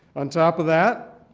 on top of that,